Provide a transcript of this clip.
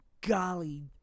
Golly